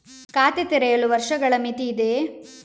ಖಾತೆ ತೆರೆಯಲು ವರ್ಷಗಳ ಮಿತಿ ಇದೆಯೇ?